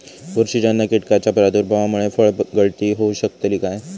बुरशीजन्य कीटकाच्या प्रादुर्भावामूळे फळगळती होऊ शकतली काय?